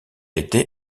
été